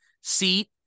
seat